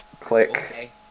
Click